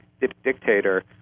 dictator